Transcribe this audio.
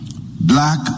black